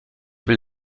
will